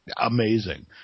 amazing